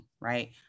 right